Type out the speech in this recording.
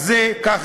אז הבא